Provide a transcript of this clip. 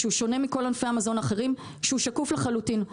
שהוא שונה מכל ענפי המזון האחרים כי הוא שקוף לחלוטין.